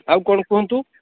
ଆଉ କ'ଣ କୁହନ୍ତୁ